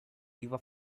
riva